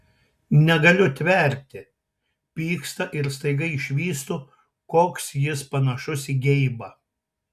negaliu tverti pyksta ir staiga išvystu koks jis panašus į geibą